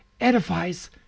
edifies